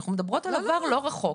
אנחנו מדברות על העבר הלא רחוק